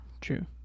True